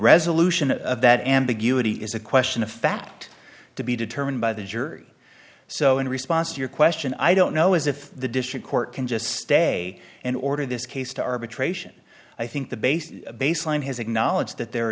resolution of that ambiguity is a question of fact to be determined by the jury so in response to your question i don't know is if the district court can just stay in order this case to arbitration i think the basic baseline has acknowledged that there are